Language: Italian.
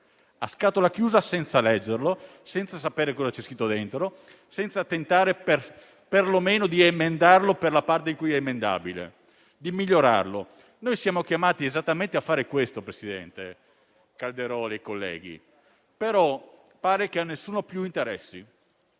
a scatola chiusa, senza leggerlo, senza sapere cosa c'è scritto, senza tentare perlomeno di emendarlo per la parte in cui è emendabile, di migliorarlo. Noi siamo chiamati esattamente a fare questo, presidente Calderoli e colleghi, ma pare che a nessuno più interessi